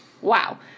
Wow